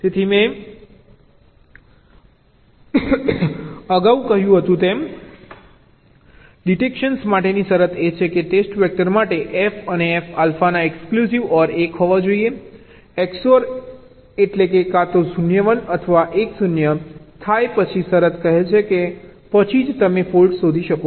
તેથી મેં અગાઉ કહ્યું તેમ ડિટેક્શન માટેની શરત એ છે કે ટેસ્ટ વેક્ટર માટે f અને f આલ્ફાના એક્સક્લુસિવ OR 1 હોવો જોઈએ XOR એટલે કાં તો 0 1 અથવા 1 0 થાય પછી શરત કહે છે કે પછી જ તમે ફોલ્ટ શોધી શકો છો